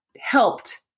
helped